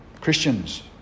Christians